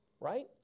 right